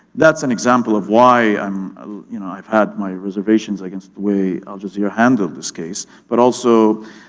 that's an example of why um you know i've had my reservations against the way al jazeera handled this case. but also